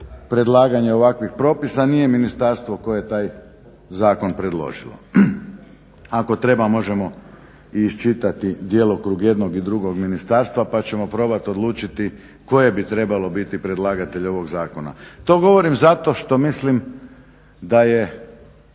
predlaganje ovakvih propisa nije ministarstvo koje je taj Zakon predložilo. Ako treba možemo i iščitati djelokrug i jednog i drugog ministarstva, pa ćemo probat odlučiti koje bi trebalo biti predlagatelj ovog zakona. To govorim zato što mislim da je